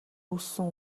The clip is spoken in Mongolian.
үүссэн